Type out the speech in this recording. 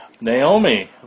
Naomi